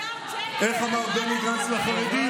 חברת הכנסת ברביבאי, איך אמר בני גנץ לחרדים?